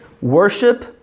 worship